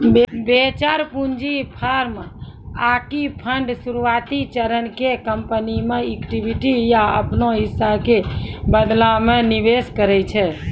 venture पूंजी firm आकि fund शुरुआती चरण के कंपनी मे इक्विटी या अपनो हिस्सा के बदला मे निवेश करै छै